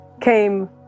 came